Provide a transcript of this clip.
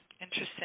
Interesting